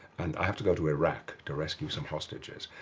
and i have to go to iraq to rescue some hostages.